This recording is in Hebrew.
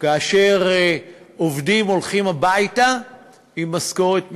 כאשר עובדים הולכים הביתה עם משכורת מינימום,